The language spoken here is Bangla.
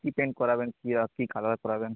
কী পেন্ট করাবেন কী কী কালার করাবেন